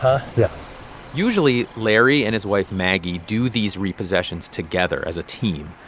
ah yeah usually, larry and his wife, maggie, do these repossessions together as a team.